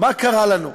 מה קרה לנו?